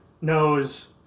knows